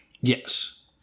Yes